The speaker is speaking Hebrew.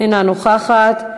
אינה נוכחת.